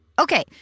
Okay